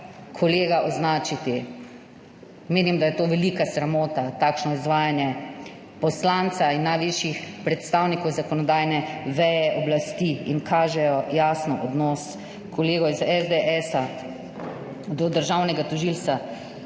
kolega označiti. Menim, da je to velika sramota, takšno izvajanje poslanca in najvišjih predstavnikov zakonodajne veje oblasti, in jasno kaže odnos kolegov iz SDS do državnega tožilca.